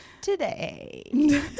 today